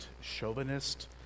chauvinist